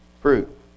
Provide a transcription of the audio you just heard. fruit